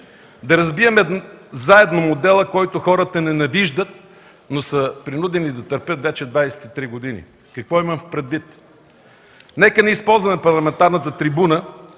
да разбием заедно модела, който хората ненавиждат, но са принудени да търпят вече 23 години. Какво имам предвид? Нека не използваме парламентарната трибуна